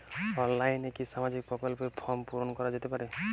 অনলাইনে কি সামাজিক প্রকল্পর ফর্ম পূর্ন করা যেতে পারে?